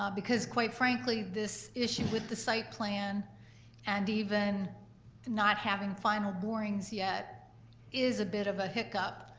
um because, quite frankly, this issue with the site plan and even not having final borings yet is a bit of a hiccup